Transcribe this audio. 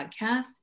podcast